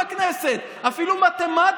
שייצג את המשפחות בבלפור וייצג גם את המשפחות